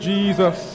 Jesus